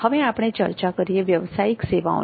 હવે આપણે ચર્ચા કરીએ વ્યવસાયિક સેવાઓની